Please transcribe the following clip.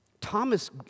Thomas